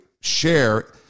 share